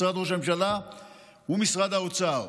משרד ראש הממשלה ומשרד האוצר.